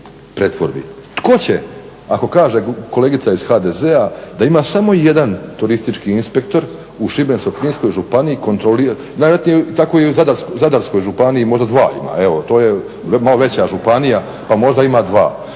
Tko će ako kaže kolegica iz HDZ-a da ima samo jedan turistički inspektor u Šibensko-kninskoj županiji, najvjerojatnije tako i u Zadarskoj županiji možda dva ima, evo to je malo veća županija pa možda ima dva,